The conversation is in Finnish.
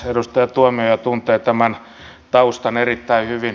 edustaja tuomioja tuntee tämän taustan erittäin hyvin